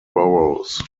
burrows